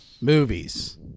Movies